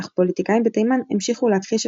אך פוליטיקאים בתימן המשיכו להכחיש את